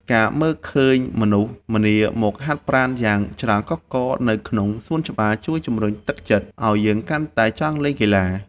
ការមើលឃើញមនុស្សម្នាមកហាត់ប្រាណយ៉ាងច្រើនកុះករនៅក្នុងសួនច្បារជួយជម្រុញទឹកចិត្តឱ្យយើងកាន់តែចង់លេងកីឡា។